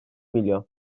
milyon